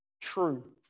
true